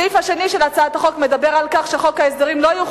הסעיף השני של הצעת החוק מדבר על כך שחוק ההסדרים לא יכול